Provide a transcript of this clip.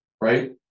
right